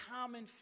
common